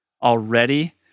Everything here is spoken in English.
already